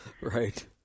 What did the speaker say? Right